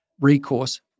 recourse